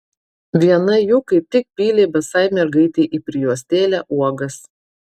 viena jų kaip tik pylė basai mergaitei į prijuostėlę uogas